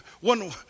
one